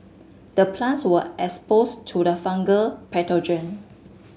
the plants were exposed to the fungal pathogen